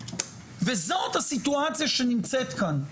וזאת הסיטואציה שנמצאת כאן,